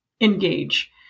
engage